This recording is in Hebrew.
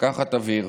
לקחת אוויר,